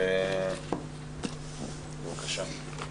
בבקשה.